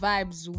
Vibes